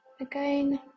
Again